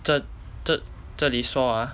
这这这里说 ah